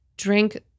drink